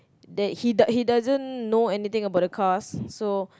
that he does~ doesn't know anything about the cars so